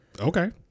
Okay